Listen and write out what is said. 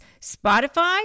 Spotify